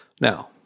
Now